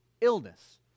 illness